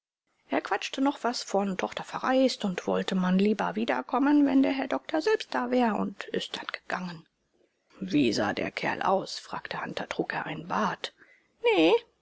er quatschte noch was von tochter verreist und wollte man lieber wiederkommen wenn der herr doktor selbst da wär und ist dann gegangen wie sah der kerl aus fragte hunter trug er einen bart nee